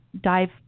dive